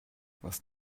was